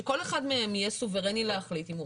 שכל אחד מהם יהיה סוברני להחליט אם הוא